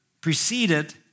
preceded